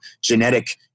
genetic